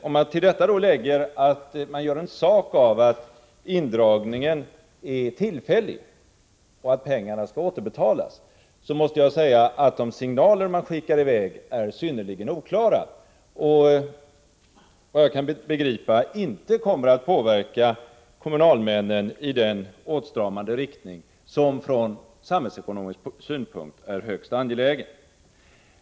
Om man till detta lägger att socialdemokraterna gör sak av att indragningen är tillfällig och att pengarna skall återbetalas, måste jag säga att de signaler man sänder är synnerligen oklara och, såvitt jag kan begripa, inte kommer att påverka kommunalmännen att agera i den åtstramande riktning som från samhällsekonomisk synpunkt är högst angelägen.